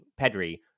Pedri